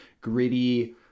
gritty